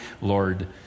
Lord